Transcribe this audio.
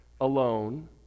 alone